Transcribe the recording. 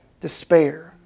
despair